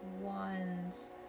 wands